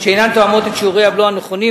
שאינן תואמות את שיעורי הבלו הנכונים,